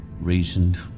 reasoned